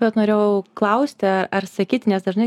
bet norėjau klausti ar sakyti nes dažnai galvoja kad